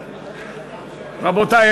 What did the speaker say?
רבותי,